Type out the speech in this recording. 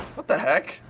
what the heck?